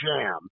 jam